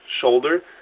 shoulder